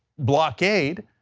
blockade,